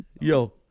Yo